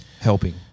Helping